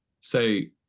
say